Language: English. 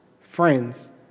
Friends